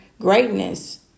greatness